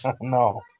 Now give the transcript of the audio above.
No